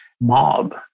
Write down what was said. mob